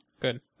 Good